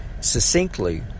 succinctly